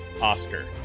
Oscar